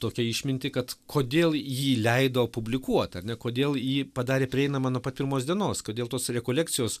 tokią išmintį kad kodėl jį leido publikuot ar ne kodėl ji padarė prieinamą nuo pat pirmos dienos kodėl tos rekolekcijos